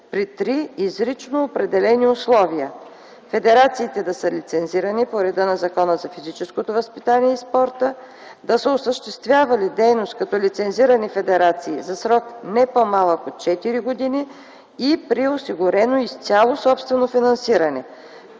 при три изрично определени условия - федерациите да са лицензирани по реда на Закона за физическото възпитание и спорта, да са осъществявали дейност като лицензирани федерации за срок не по-малък от 4 години и при осигурено изцяло собствено финансиране,